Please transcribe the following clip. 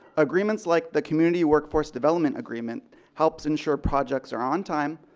agreements like the community workforce development agreement helps ensure projects are on time,